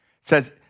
says